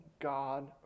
God